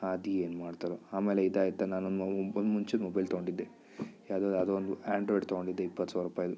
ಅದೇನು ಮಾಡ್ತಾರೊ ಆಮೇಲೆ ಇದಾಯ್ತ ನಾನೊಂದು ಒಂದು ಮುಂಚೆ ಮೊಬೈಲ್ ತೊಂಡಿದ್ದೆ ಯಾವುದೋ ಯಾವುದೋ ಒಂದು ಆ್ಯಂಡ್ರಾಯ್ಡ್ ತೊಂಡಿದ್ದೆ ಇಪ್ಪತ್ತು ಸಾವಿರುಪಾಯಿದು